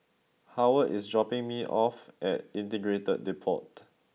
Howard is dropping me off at Integrated Depot